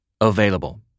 available